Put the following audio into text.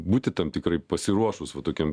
būti tam tikrai pasiruošus va tokiem